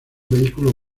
vehículo